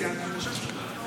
נאור שירי,